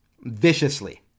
viciously